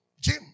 Jim